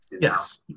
Yes